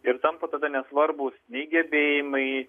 ir tampa tada nesvarbūs nei gebėjimai